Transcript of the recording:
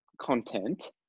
content